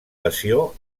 passió